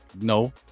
No